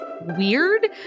weird